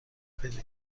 پیدا